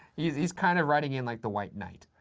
he's he's kind of riding in like the white knight.